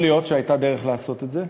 יכול להיות שהייתה דרך לעשות את זה,